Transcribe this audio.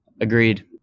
agreed